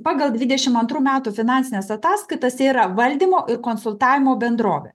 pagal dvidešim antrų metų finansines ataskaitas jie yra valdymo ir konsultavimo bendrovė